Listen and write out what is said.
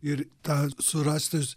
ir tą surasti